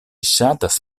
ŝatas